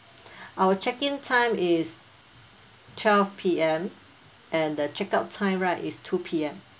our check in time is twelve P_M and the check out time right is two P_M